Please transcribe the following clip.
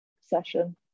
session